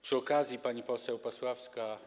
Przy okazji pani poseł Pasławska.